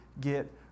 get